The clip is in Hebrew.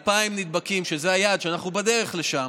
2,000 נדבקים, זה היעד שאנחנו בדרך אליו,